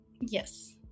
Yes